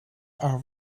are